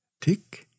tick